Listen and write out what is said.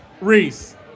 Reese